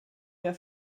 mehr